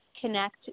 connect